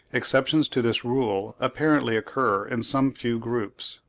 exceptions to this rule apparently occur in some few groups.